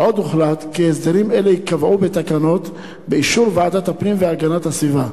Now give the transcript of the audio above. עוד הוחלט כי הסדרים אלה ייקבעו בתקנות באישור ועדת הפנים והגנת הסביבה.